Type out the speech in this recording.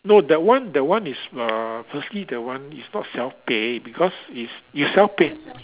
no that one that one is uh firstly that one is not self pay because it's you self pay